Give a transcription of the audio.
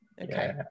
Okay